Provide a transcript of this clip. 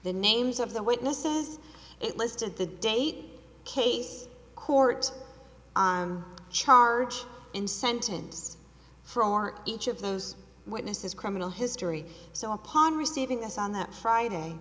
the names of the witnesses it listed the date case court on charge and sentenced for or each of those witnesses criminal history so upon receiving us on that friday